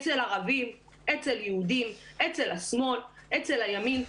אצל ערבים, אצל יהודים, אצל השמאל, אצל הימין.